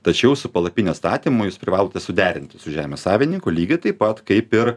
tačiau su palapinės statymu jūs privalote suderinti su žemės savininku lygiai taip pat kaip ir